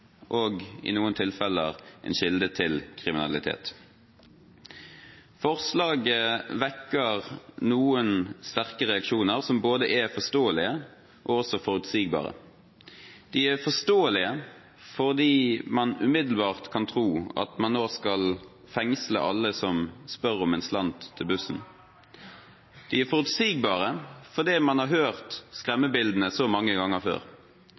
og i noen tilfeller en kilde til kriminalitet. Forslaget vekker noen sterke reaksjoner, som er både forståelige og forutsigbare. De er forståelige fordi man umiddelbart kan tro at man nå skal fengsle alle som spør om en slant til bussen. De er forutsigbare fordi man har hørt om skremmebildene så mange ganger før.